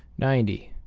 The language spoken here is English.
ninety.